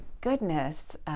goodness